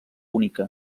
única